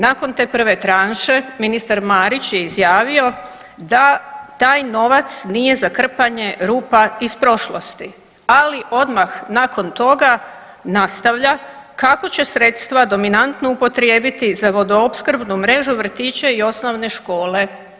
Nakon te prve tranše ministar Marić je izjavio da taj novac nije za krpanje rupa iz prošlosti, ali odmah nakon toga nastavlja kako će sredstva dominantno upotrijebiti za vodoopskrbnu mrežu vrtića i osnovne škole.